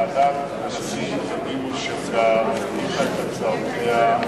ועדת הנשיא בדימוס שמגר הניחה את הצעותיה,